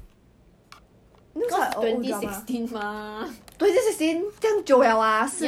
it's not their actual voice um I think is someone voice over